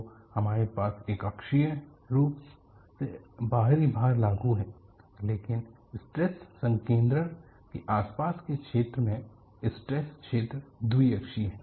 तो आपके पास एकाक्षीय रूप से बाहरी भार लागू है लेकिन स्ट्रेस संकेद्रण के आसपास के क्षेत्र में स्ट्रेस क्षेत्र द्वि अक्षीय है